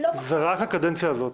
זו רק הקדנציה הזאת.